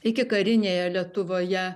ikikarinėje lietuvoje